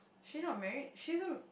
she not married she isn't